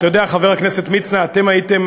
אתה יודע, חבר הכנסת מצנע, אתם הייתם